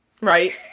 Right